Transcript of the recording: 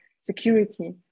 security